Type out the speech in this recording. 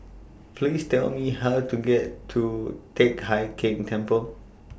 Please Tell Me How to get to Teck Hai Keng Temple